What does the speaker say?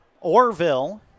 Orville